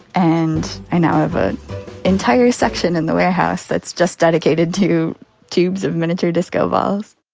and i now have an entire section in the warehouse that's just dedicated to tubes of miniature disco balls.